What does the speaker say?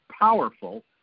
powerful